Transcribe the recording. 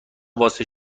واسه